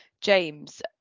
James